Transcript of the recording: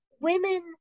women